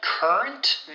Current